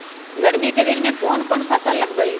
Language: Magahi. गर्मी के दिन में कौन कौन फसल लगबई?